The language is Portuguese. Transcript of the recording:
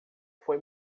foi